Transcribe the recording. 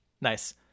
Nice